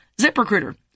ZipRecruiter